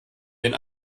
den